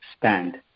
stand